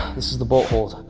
this is the boat hold.